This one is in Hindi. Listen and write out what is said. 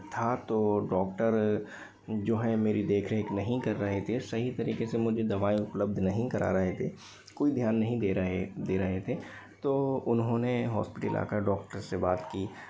था तो डॉक्टर जो हैं मेरी देख रेख नहीं कर रहे थे सही तरीके से मुझे दवाई उपलब्ध नहीं करा रहे थे कोई ध्यान नहीं दे रहे दे रहे थे तो उन्होंने हॉस्पिटल आकर डॉक्टर से बात की